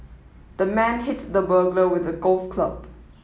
the man hit the burglar with a golf club